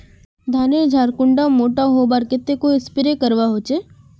धानेर झार कुंडा मोटा होबार केते कोई स्प्रे करवा होचए?